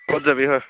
ক'ত যাবি হয়